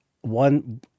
one